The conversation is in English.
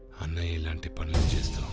unknown people' in